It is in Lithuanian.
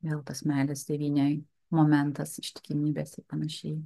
vėl tas meilės tėvynei momentas ištikimybės ir panašiai